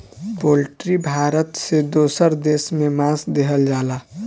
poultry Bharat से दोसर देश में मांस देहल जाला